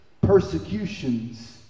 Persecutions